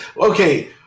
okay